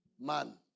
man